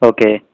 Okay